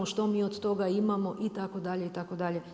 Što mi od toga imamo itd. itd.